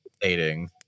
dating